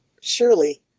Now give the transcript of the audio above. Surely